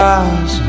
eyes